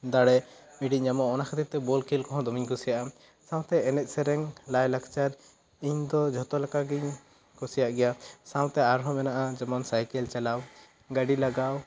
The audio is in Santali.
ᱫᱟᱲᱮ ᱢᱤᱫ ᱴᱮ ᱧᱟᱢᱚᱜᱼᱟ ᱚᱱᱟ ᱠᱷᱟᱹᱛᱤᱨ ᱛᱮ ᱵᱚᱞ ᱠᱷᱮᱞ ᱠᱚᱦᱚᱸ ᱫᱚᱢᱮ ᱜᱮᱧ ᱠᱩᱥᱤᱭᱟᱜᱼᱟ ᱥᱟᱶ ᱛᱮ ᱮᱱᱮᱡ ᱥᱮᱨᱮᱧ ᱞᱟᱭ ᱞᱟᱠᱪᱟᱨ ᱤᱧ ᱫᱚ ᱡᱷᱚᱛᱚ ᱞᱮᱠᱟᱱ ᱜᱮᱧ ᱠᱩᱥᱤᱭᱟᱜᱼᱟ ᱜᱮᱭᱟ ᱥᱟᱶᱛᱮ ᱟᱨ ᱦᱚᱸ ᱢᱮᱱᱟᱜ ᱯᱮᱭᱟ ᱡᱮᱢᱚᱱ ᱥᱟᱭᱠᱮᱞ ᱪᱟᱞᱟᱣ ᱜᱟᱹᱰᱤ ᱞᱟᱜᱟᱭ